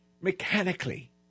mechanically